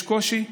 יש קושי?